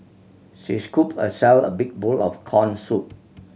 she scooped herself a big bowl of corn soup